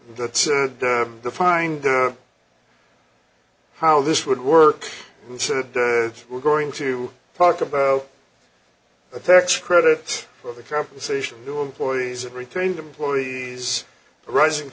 that defined how this would work and said we're going to talk about a tax credit for compensation to employees of retained employees rising